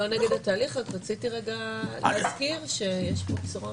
אני לא נגד התהליך רק רציתי להזכיר שיש פה בשורה...